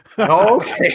Okay